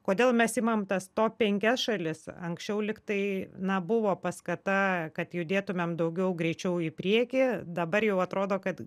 kodėl mes imam tas top penkias šalis anksčiau lyg tai na buvo paskata kad judėtumėm daugiau greičiau į priekį dabar jau atrodo kad